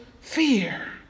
fear